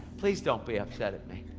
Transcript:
please don't be upset at me.